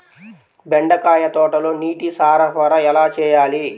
బెండకాయ తోటలో నీటి సరఫరా ఎలా చేయాలి?